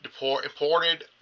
imported